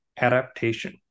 adaptation